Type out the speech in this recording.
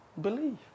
believe